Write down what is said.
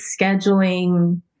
scheduling